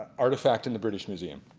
artifact in the british museum.